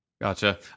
Gotcha